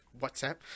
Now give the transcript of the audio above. WhatsApp